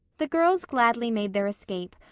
the girls gladly made their escape,